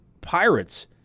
Pirates